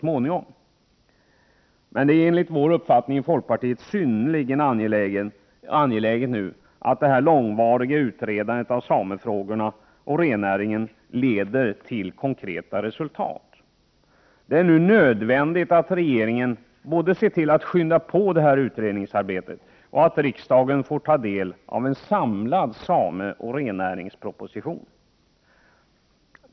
Men enligt folkpartiets uppfattning är det synnerligen angeläget att det långvariga utredandet av samefrågorna och rennäringen leder till konkreta resultat. Det är nu nödvändigt att regeringen både skyndar på utredningsarbetet och ser till att riksdagen får ta del av en samlad sameoch rennäringsproposition.